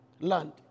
land